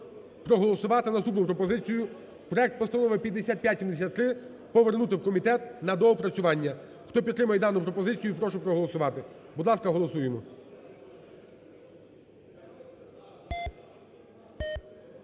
проголосувати наступну пропозицію проект Постанови 5573, повернути в комітет на доопрацювання. Хто підтримує дану пропозицію, прошу проголосувати. Будь ласка, голосуємо.